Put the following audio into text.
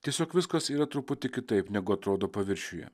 tiesiog viskas yra truputį kitaip negu atrodo paviršiuje